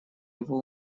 его